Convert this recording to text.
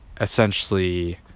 essentially